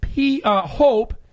hope